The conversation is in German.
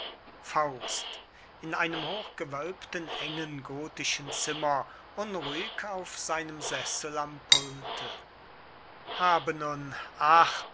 theil in einem hochgewölbten engen gothischen zimmer faust unruhig auf seinem sessel am pulte habe nun